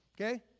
Okay